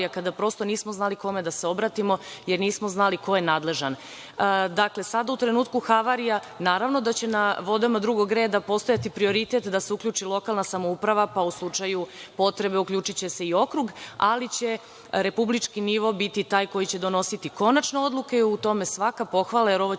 kada prosto nismo znali kome da se obratimo, jer nismo znali ko je nadležan. Dakle, sada u trenutku havarija naravno da će na vodama drugog reda postojati prioritet da se uključi lokalna samouprava, pa u slučaju potrebe uključiće se i okrug, ali će republički nivo biti taj koji će donositi konačne odluke. Tome svaka pohvala, jer ovo će